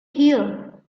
here